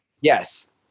Yes